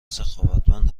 سخاوتمند